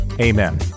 Amen